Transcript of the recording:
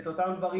את אותם דברים,